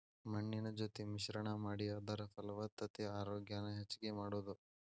ಮಣ್ಣಿನ ಜೊತಿ ಮಿಶ್ರಣಾ ಮಾಡಿ ಅದರ ಫಲವತ್ತತೆ ಆರೋಗ್ಯಾನ ಹೆಚಗಿ ಮಾಡುದು